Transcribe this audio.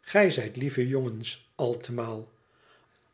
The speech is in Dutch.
gij zijt lieve jongens allemaal